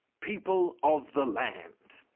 people of the land.